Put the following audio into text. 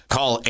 Call